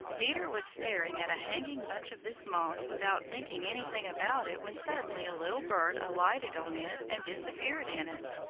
peter was staring at a hanging branch of this moss without thinking anything about it when suddenly a little bird alighted on it and disappeared in it.